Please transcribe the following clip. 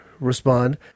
respond